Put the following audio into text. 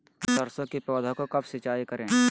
सरसों की पौधा को कब सिंचाई करे?